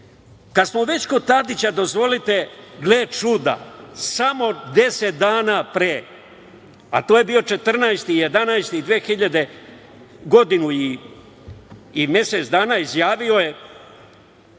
smo već kod Tadića, dozvolite, gle čuda, samo deset dana pre, a to je bio 14. 11, godinu i mesec dana, izjavio je,